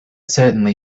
certainly